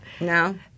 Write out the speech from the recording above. no